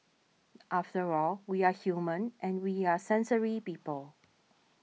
after all we are human and we are sensory people